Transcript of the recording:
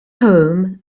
home